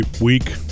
week